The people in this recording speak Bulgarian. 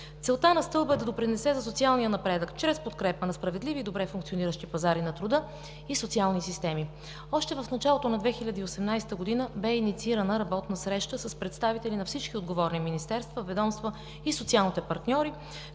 Целта на Стълба е да допринесе за социалния напредък чрез подкрепа на справедливи и добре функциониращи пазари на труда и социални системи. Още в началото на 2018 г. бе инициирана работна среща с представители на всички отговорни министерства, ведомства и социалните партньори,